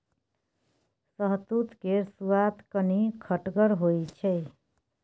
शहतुत केर सुआद कनी खटगर होइ छै